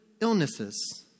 illnesses